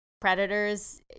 predators